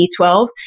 B12